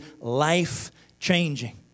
life-changing